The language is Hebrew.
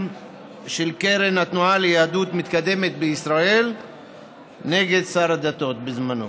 קרן התנועה ליהדות מתקדמת בישראל נ' שר הדתות בזמנו.